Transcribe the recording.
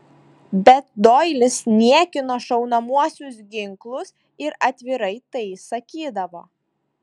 bet doilis niekino šaunamuosius ginklus ir atvirai tai sakydavo